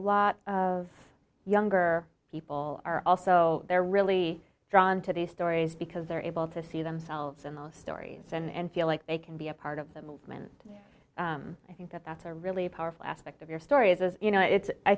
lot of younger people are also they're really drawn to these stories because they're able to see themselves in those stories and feel like they can be a part of the movement and i think that that's a really powerful aspect of your story is you know it's i